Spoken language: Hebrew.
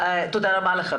תודה רבה לך.